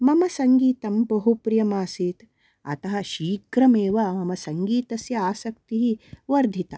मम सङ्गीतं बहुप्रियमासीत् अतः शीघ्रमेव मम सङ्गीतस्य आसक्तिः वर्धिता